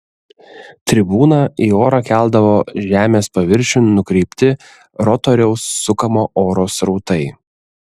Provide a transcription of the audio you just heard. tribūną į orą keldavo žemės paviršiun nukreipti rotoriaus sukamo oro srautai